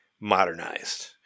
modernized